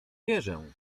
wierzę